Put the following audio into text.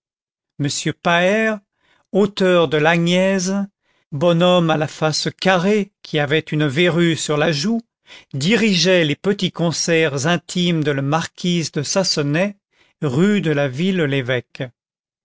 m paër auteur de l'agnese bonhomme à la face carrée qui avait une verrue sur la joue dirigeait les petits concerts intimes de la marquise de sassenaye rue de la